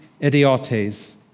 idiotes